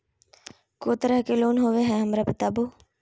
को तरह के लोन होवे हय, हमरा बताबो?